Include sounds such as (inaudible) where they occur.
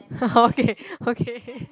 (laughs) okay okay